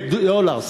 דולר,